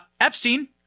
Epstein